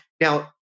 now